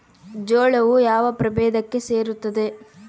ಜೋಳವು ಯಾವ ಪ್ರಭೇದಕ್ಕೆ ಸೇರುತ್ತದೆ?